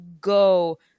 go